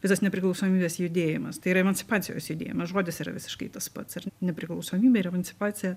visas nepriklausomybės judėjimas tai yra emancipacijos judėjimas žodis yra visiškai tas pats ar nepriklausomybė ar emancipacija